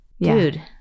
dude